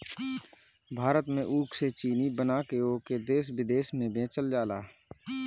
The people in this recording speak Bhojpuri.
भारत में ऊख से चीनी बना के ओके देस बिदेस में बेचल जाला